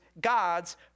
God's